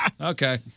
Okay